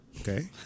Okay